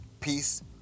Peace